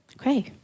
Okay